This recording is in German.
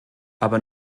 aber